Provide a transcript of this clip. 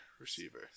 receiver